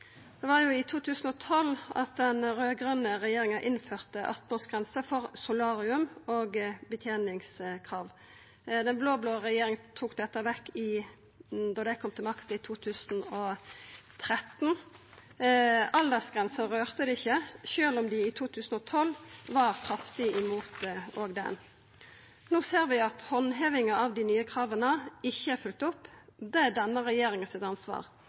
Det var i 2012 at den raud-grøne regjeringa innførte 18-årsgrense for solarium og beteningskrav. Den blå-blå regjeringa tok dette vekk då dei kom til makta i 2013. Aldersgrensa rørte dei ikkje, sjølv om dei i 2012 òg var kraftig imot ho. No ser vi at handhevinga av dei nye krava ikkje er følgde opp. Det er denne regjeringas ansvar.